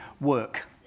Work